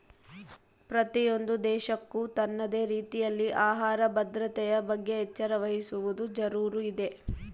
ಪ್ರತಿಯೊಂದು ದೇಶಕ್ಕೂ ತನ್ನದೇ ರೀತಿಯಲ್ಲಿ ಆಹಾರ ಭದ್ರತೆಯ ಬಗ್ಗೆ ಎಚ್ಚರ ವಹಿಸುವದು ಜರೂರು ಇದೆ